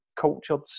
cultured